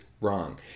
wrong